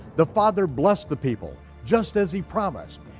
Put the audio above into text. the father blessed the people, just as he promised,